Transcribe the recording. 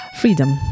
freedom